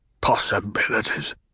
Possibilities